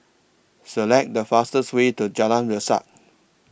Select The fastest Way to Jalan Resak